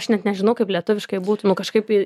aš net nežinau kaip lietuviškai būtų nu kažkaip